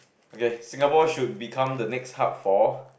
okay Singapore should be the next hub for